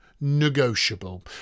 negotiable